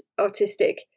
artistic